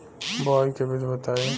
बुआई के विधि बताई?